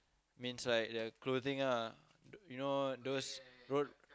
means like the clothing lah you know those road